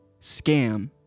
scam